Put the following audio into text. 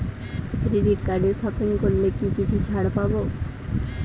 Credit কার্ডে shopping করলে কি কিছু ছাড় পাব?